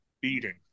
beating